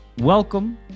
Welcome